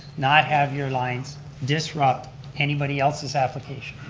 not have your lines disrupt anybody else's application.